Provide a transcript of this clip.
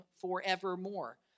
forevermore